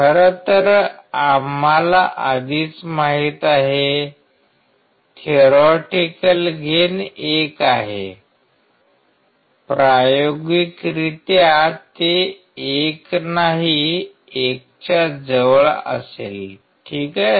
खरं तर आम्हाला आधीच माहित आहे थेरिओटिकली गेन 1 आहे प्रायोगिकरित्या ते 1 नाही 1 च्या जवळ असेल ठीक आहे